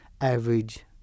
average